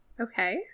Okay